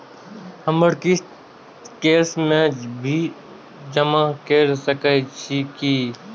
हमर किस्त कैश में भी जमा कैर सकै छीयै की?